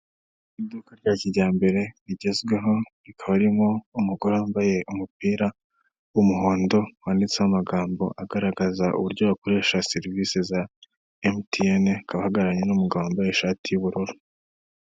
Iduka rya kijyambere, rigezweho, rikaba ririmo umugore wambaye umupira w'umuhondo wanditseho amagambo agaragaza uburyo wakoresha serivisi za emutiyene, akaba ahagararanye n'umugabo wambaye ishati y'ubururu.